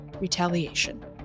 retaliation